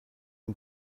une